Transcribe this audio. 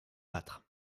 battre